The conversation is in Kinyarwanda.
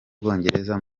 bwongereza